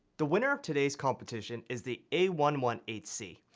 the winner of today's competition is the a one one eight c.